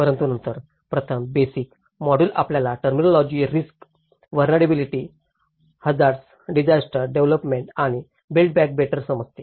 परंतु नंतर प्रथम बेसिक मॉड्यूल आपल्याला terminology risk vulnerability hazards disaster development आणि बिल्ड बॅक बेटर समजते